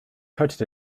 coated